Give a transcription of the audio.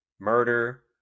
murder